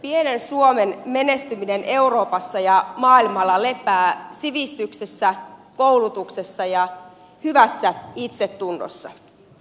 pienen suomen menestyminen euroopassa ja maailmalla lepää sivistyksessä koulutuksessa ja hyvässä itsetunnossa